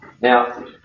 Now